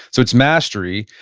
so it's mastery.